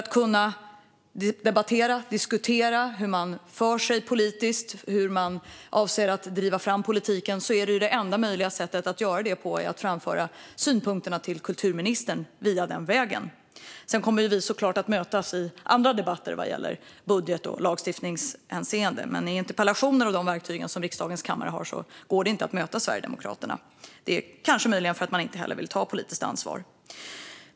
Det enda sättet att debattera och diskutera hur partiet för sig politiskt och hur partiet avser att driva fram politiken är att framföra synpunkterna via kulturministern. Sedan kommer vi såklart att mötas i andra debatter vad gäller budget och i lagstiftningshänseende. Men med verktyget interpellationer som riksdagen har att tillgå går det inte att möta Sverigedemokraterna. Det är möjligen för att man inte heller vill ta politiskt ansvar.